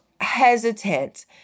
hesitant